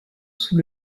sous